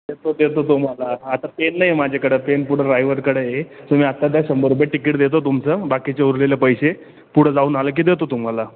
देतो देतो तुम्हाला आता पेन नाही माझ्याकडं पेन पुढं ड्रायवरकडं आहे तुम्ही आत्ता द्या शंभर रुपये टिकीट देतो तुमचं बाकीचे उरले पैसे पुढं जाऊन आलं की देतो तुम्हाला